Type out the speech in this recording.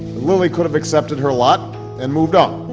lilly could have accepted her lot and moved on.